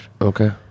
Okay